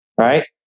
Right